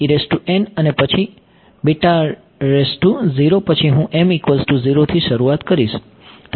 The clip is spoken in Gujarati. અને પછી પછી હું થી શરૂઆત કરું છું